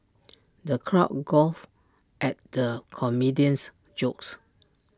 the crowd guffawed at the comedian's jokes